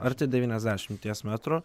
arti devyniasdešimties metrų